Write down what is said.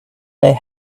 they